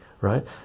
right